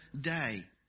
day